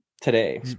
today